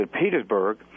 Petersburg